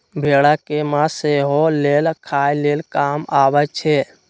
भेड़ा के मास सेहो लेल खाय लेल काम अबइ छै